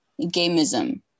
Gamism